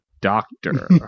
doctor